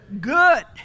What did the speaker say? good